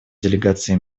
делегация